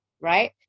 right